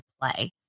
play